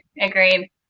Agreed